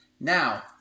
Now